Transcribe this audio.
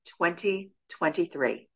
2023